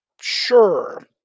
Sure